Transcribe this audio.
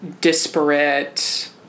disparate